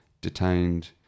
detained